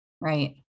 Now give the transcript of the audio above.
Right